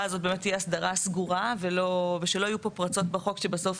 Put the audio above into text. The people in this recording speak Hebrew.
הזאת באמת תהיה הסדרה סגורה ושלא יהיו פה פרצות בחוק שבסוף